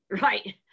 Right